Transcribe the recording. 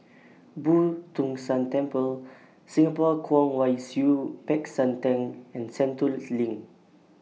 Boo Tong San Temple Singapore Kwong Wai Siew Peck San Theng and Sentul's LINK